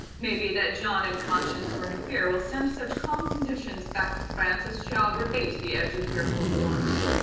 maybe that john in conscience or in fear will send such calm conditions back to france, as shall rebate the edge of fearful wars.